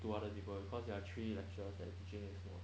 to other people cause there are three lecturer teaching this mod